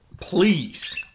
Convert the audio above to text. please